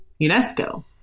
unesco